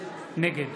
נגד